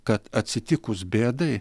kad atsitikus bėdai